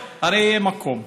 הרי יהיה מקום.